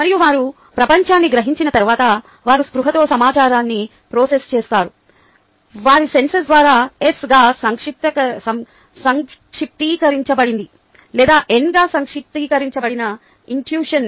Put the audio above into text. మరియు వారు ప్రపంచాన్ని గ్రహించిన తర్వాత వారు స్పృహతో సమాచారాన్ని ప్రాసెస్ చేస్తారు వారి సెన్సెస్ ద్వారా S గా సంక్షిప్తీకరించబడింది లేదా N గా సంక్షిప్తీకరించబడిన ఇన్ట్యూషన్